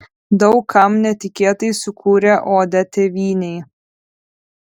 daug kam netikėtai sukūrė odę tėvynei